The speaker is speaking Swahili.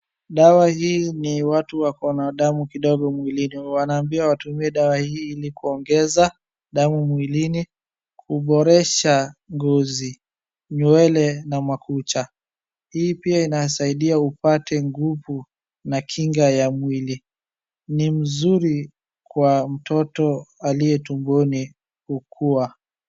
Dawa hii ni ya watu wako na damu kidogo mwilini, wanaambiwa watumie dawa hii ili kuongeza damu mwilini, kuboresha ngozi, nywele na makucha. Husaidia kupata nguvu na kinga ya mwilini, ni mzuri ya mtoto aliye tumboni kukua.